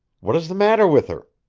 what is the matter with her?